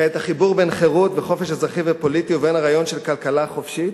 כעת החיבור בין חירות וחופש אזרחי ופוליטי עובר לרעיון של כלכלה חופשית,